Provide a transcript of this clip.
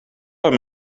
hem